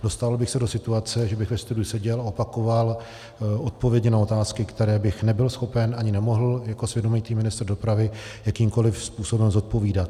Dostával bych se do situace, že bych ve studiu seděl a opakoval odpovědi na otázky, které bych nebyl schopen a ani nemohl jako svědomitý ministr dopravy jakýmkoli způsobem zodpovídat.